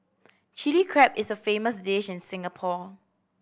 Chilli Crab is a famous dish in Singapore